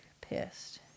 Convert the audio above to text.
pissed